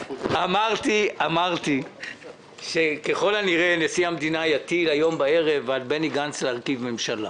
אמרתי שככל הנראה נשיא המדינה יטיל הערב על בני גנץ להרכיב ממשלה.